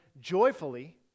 joyfully